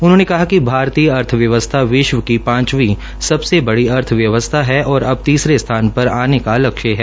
उन्होंने कहा कि भारतीय अर्थव्यवस्था विश्व की पांचवीं सबसे बड़ी अर्थव्यवस्था है और अब तीसरे स्थान पर आने का लक्ष्य है